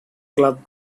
club